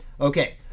okay